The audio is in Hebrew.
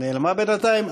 נעלמה בינתיים?